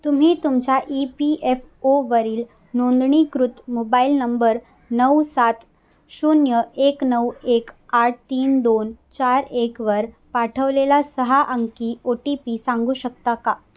तुम्ही तुमच्या E P F ओवरील नोंदणीकृत मोबाईल नंबर नऊ सात शून्य एक नऊ एक आठ तीन दोन चार एकवर पाठवलेला सहा अंकी ओ टी पी सांगू शकता का